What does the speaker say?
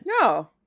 No